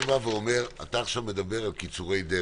אתה מדבר עכשיו על קיצורי דרך.